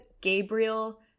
Gabriel